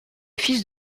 fils